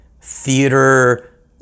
theater